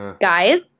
Guys